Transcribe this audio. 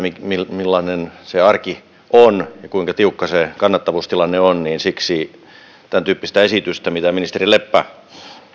millainen se arki on kuinka tiukka se kannattavuustilanne on siksi tämäntyyppistä esitystä mitä ministeri leppä